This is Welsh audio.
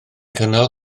cynnal